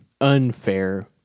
Unfair